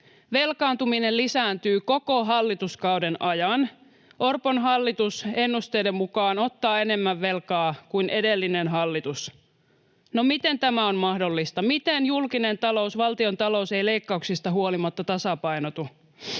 Velkaantuminen lisääntyy koko hallituskauden ajan. Orpon hallitus ennusteiden mukaan ottaa enemmän velkaa kuin edellinen hallitus. Miten tämä on mahdollista? Miten julkinen talous, valtiontalous, ei leikkauksista huolimatta tasapainotu?